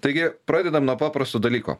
taigi pradedam nuo paprasto dalyko